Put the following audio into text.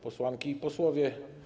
Posłanki i Posłowie!